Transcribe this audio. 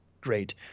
great